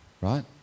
right